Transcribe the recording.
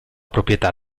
proprietà